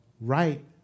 right